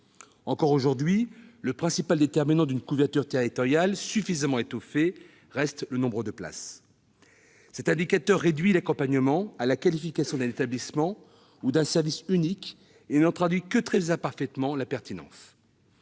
Encore aujourd'hui, le principal déterminant d'une couverture territoriale, suffisamment étoffée, reste le nombre de places. Cet indicateur réduit l'accompagnement à la qualification d'un établissement ou d'un service unique et n'en traduit que très imparfaitement la pertinence.